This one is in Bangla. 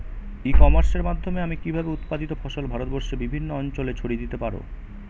ই কমার্সের মাধ্যমে আমি কিভাবে উৎপাদিত ফসল ভারতবর্ষে বিভিন্ন অঞ্চলে ছড়িয়ে দিতে পারো?